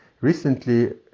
Recently